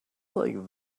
like